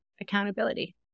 accountability